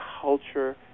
culture